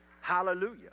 Hallelujah